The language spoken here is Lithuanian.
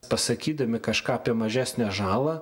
pasakydami kažką apie mažesnę žalą